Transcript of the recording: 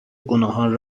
گناهان